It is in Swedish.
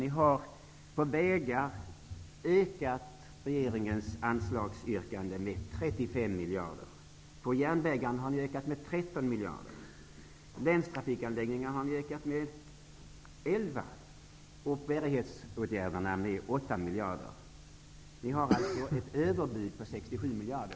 För vägarna har ni ökat regeringens anslagsyrkande med 35 miljarder, för järnvägarna med 13 Ni har alltså ett överbud på 67 miljarder.